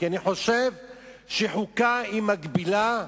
כי אני חושב שחוקה היא מגבילה,